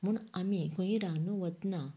म्हूण आमी खंयूय रांदूंक वतना